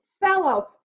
fellow